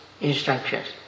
instructions